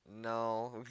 No